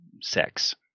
sex